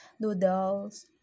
noodles